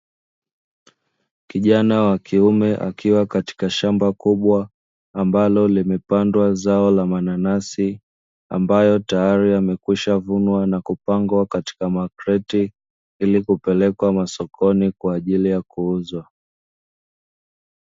Kijana wa kiume akiwa katika shamba kubwa, ambalo limepandwa zao la mananasi ambayo tayari yamekwisha vunwa na kupangwa katika makreti ili kupelekwa masokoni kwa ajili ya kuuzwa.